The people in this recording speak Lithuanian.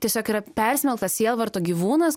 tiesiog yra persmelktas sielvarto gyvūnas